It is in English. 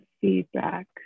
feedback